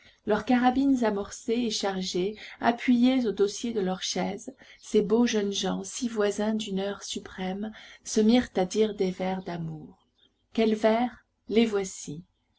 leurs carabines amorcées et chargées appuyées au dossier de leur chaise ces beaux jeunes gens si voisins d'une heure suprême se mirent à dire des vers d'amour quels vers les voici